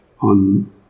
on